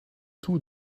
too